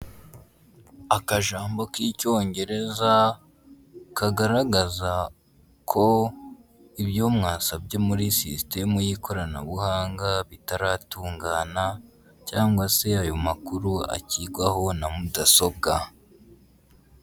Akajambo k'Icyongereza kagaragaza ko ibyo mwasabye muri sisitemu y'ikoranabuhanga bitaratungana cyangwa se ayo makuru akigwaho na mudasobwa.